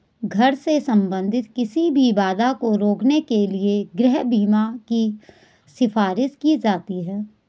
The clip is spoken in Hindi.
घर से संबंधित किसी भी बाधा को रोकने के लिए गृह बीमा की सिफारिश की जाती हैं